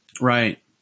Right